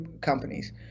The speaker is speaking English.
companies